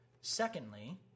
Secondly